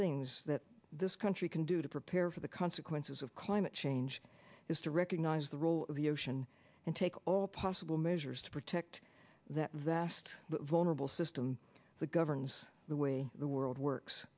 things that this country can do to prepare for the consequences of climate change is to recognise the role of the ocean and take all possible measures to protect that vast vulnerable system that governs the way the world works